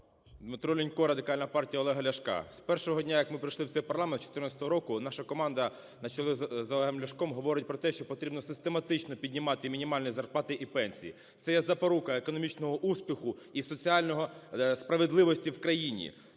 Дмитро Лінько, Радикальна партія Олега Ляшка. З першого дня, як ми прийшли в цей парламент, з 2014 року, наша команда на чолі з Олегом Ляшком говорить про те, що потрібно систематично піднімати мінімальні зарплати і пенсії. Це є запорука економічного успіху і соціальної справедливості в країні.